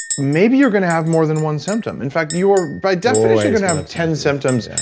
maybe you're gonna have more than one symptom. in fact, you are, by definition, gonna have ten symptoms.